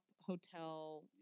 hotel